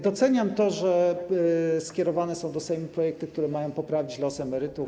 Doceniam to, że skierowane są do Sejmu projekty, które mają poprawić los emerytów.